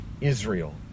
Israel